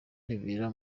ribera